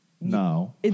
No